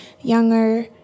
younger